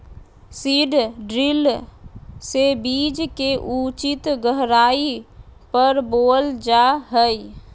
seed drill से बीज के उचित गहराई पर बोअल जा हइ